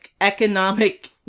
economic